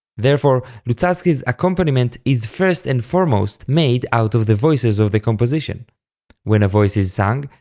therefore, luzzaschi's accompaniment is first and foremost made out of the voices of the composition when a voice is sung,